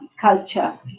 culture